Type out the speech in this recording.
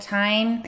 time